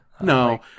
No